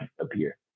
appear